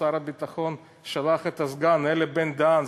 שר הביטחון שלח את הסגן אלי בן-דהן.